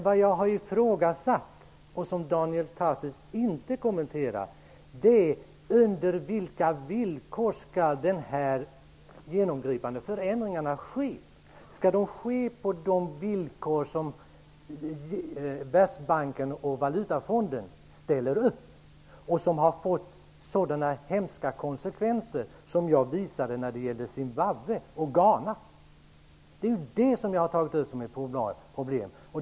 Vad jag har ifrågasatt och vad Daniel Tarschys inte kommenterade är under vilka villkor de här genomgripande förändringarna skall ske. Skall de ske på de villkor som Världsbanken och Valutafonden ställer upp och som har fått sådana hemska konsekvenser i Zimbabwe och Ghana? Jag tog upp dessa problem.